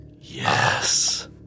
Yes